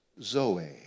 zoe